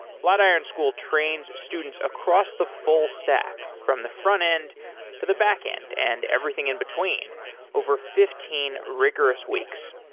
flatiron school trains students across the full stack, from the front end to the back end and everything in between over fifteen rigorous weeks.